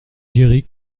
guérie